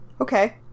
Okay